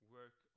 work